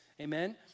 Amen